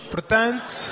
Portanto